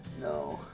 No